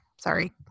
sorry